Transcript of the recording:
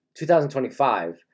2025